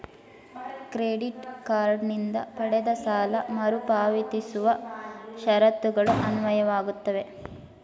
credit card ನಿಂದ ಪಡೆದ ಸಾಲ ಮರುಪಾವತಿಸುವ ಷರತ್ತುಗಳು ಅನ್ವಯವಾಗುತ್ತವೆ